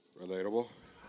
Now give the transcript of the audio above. Relatable